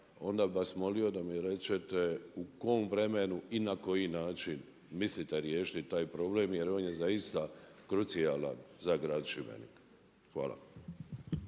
onda bih vas molio da mi rečete u kojem vremenu i na koji način mislite riješiti taj problem jer on je zaista krucijalan za grad Šibenik? Hvala.